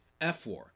F4